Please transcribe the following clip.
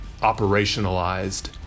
operationalized